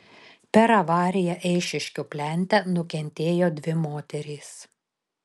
per avariją eišiškių plente nukentėjo dvi moterys